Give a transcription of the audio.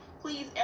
please